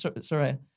Sorry